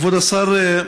כבוד השר,